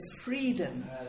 freedom